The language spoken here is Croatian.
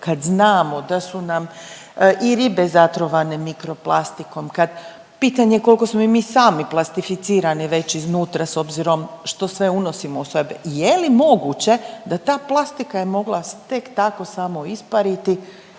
kad znamo da su nam i ribe zatrovane mikro plastikom, kad pitanje koliko smo i mi sami plastificirani već iznutra s obzirom što sve unosimo u sebe. Je li moguće da ta plastika je mogla tek tako samo ispariti,